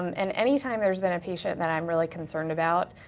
and any time there's been a patient that i'm really concerned about,